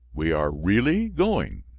we are really going?